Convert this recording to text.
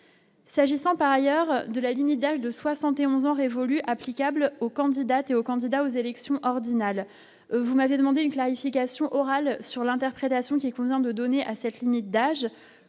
s'agissant par ailleurs de la limite d'âge de 71 ans révolus applicables aux candidates et aux candidats aux élections ordinale, vous m'avez demandé une clarification Oral sur l'interprétation qui est qu'ne donner à cette limite d'âge,